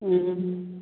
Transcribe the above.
ꯎꯝ